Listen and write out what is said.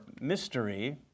mystery